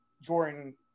Jordan